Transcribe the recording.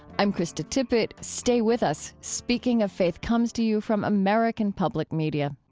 i'm krista tippett. stay with us. speaking of faith comes to you from american public media